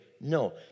no